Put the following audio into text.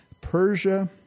Persia